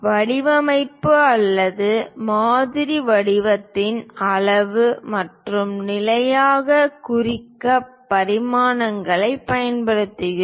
வடிவமைப்பு அல்லது மாதிரி வடிவத்தின் அளவு மற்றும் நிலையை குறிக்க பரிமாணங்களைப் பயன்படுத்துகிறோம்